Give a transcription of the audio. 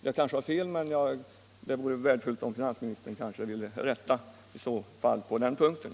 Jag kanske har fel, men det vore värdefullt om finansministern i så fall ville göra en rättelse på den punkten.